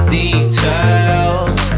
details